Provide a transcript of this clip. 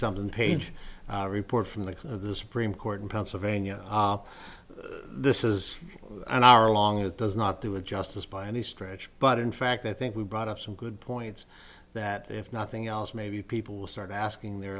something page report from the cause of this supreme court in pennsylvania this is an hour long it does not do it justice by any stretch but in fact i think we brought up some good points that if nothing else maybe people will start asking their